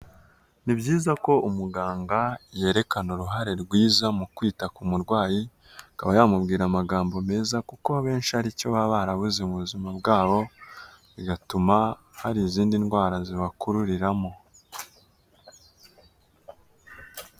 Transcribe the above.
Ni byiza ko umuganga yerekana uruhare rwiza mu kwita ku murwayi akaba yamubwira amagambo meza, kuko abenshi ari cyo baba barabuze mu buzima bwabo bigatuma hari izindi ndwara zibakururiramo.